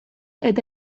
eta